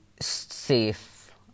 safe